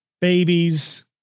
babies